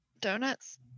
Donuts